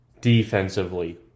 defensively